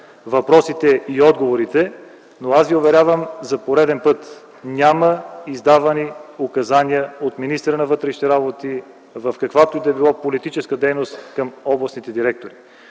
въпросите и отговорите, но аз Ви уверявам за пореден път, че няма издавани указания от министъра на вътрешните работи в каквато и да е било политическа дейност към областните директори.